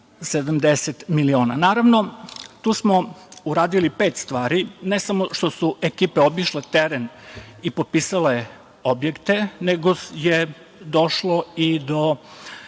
370 miliona. Naravno, tu smo uradili pet stvari. Ne samo što su ekipe obišle teren i potpisale objekte, nego je došlo i do